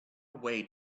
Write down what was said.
away